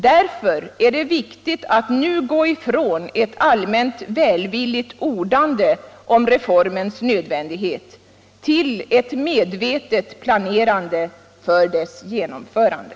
Därför är det viktigt att nu gå från ett allmänt välvilligt ordande om reformens nödvändighet till ett medvetet planerande för dess genomförande.